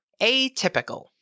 Atypical